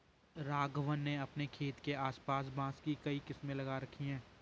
राघवन ने अपने खेत के आस पास बांस की कई किस्में लगा रखी हैं